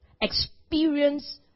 experience